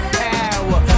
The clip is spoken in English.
power